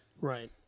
Right